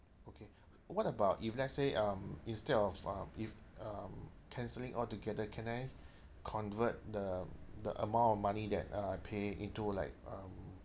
okay what about if let's say um instead of uh if um cancelling altogether can I convert the the amount of money that I pay into like um